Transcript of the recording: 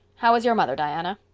how is your mother, diana?